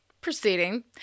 proceeding